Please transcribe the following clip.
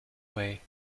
way